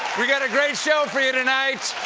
we've got a great show for you tonight.